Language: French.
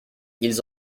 ils